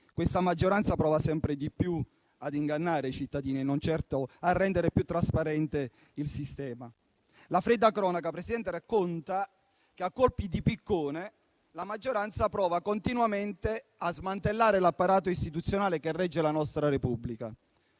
questa maggioranza prova sempre di più a ingannare i cittadini e non certo a rendere più trasparente il sistema. La fredda cronaca racconta che a colpi di piccone la maggioranza prova continuamente a smantellare l'apparato istituzionale che regge la nostra Repubblica